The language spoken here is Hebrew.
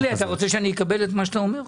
אתה רוצה שאני אקבל את מה שאתה אומר?